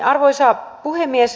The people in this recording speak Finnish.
arvoisa puhemies